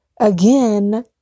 again